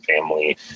family